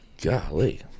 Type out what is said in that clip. golly